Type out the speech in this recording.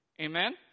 Amen